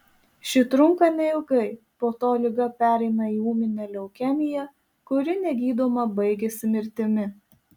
ši trunka neilgai po to liga pereina į ūminę leukemiją kuri negydoma baigiasi mirtimi